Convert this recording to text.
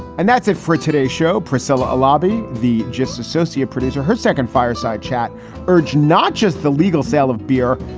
and that's it for today's show pricella lobby, the just associate producer. her second fireside chat urged not just the legal sale of beer,